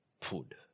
food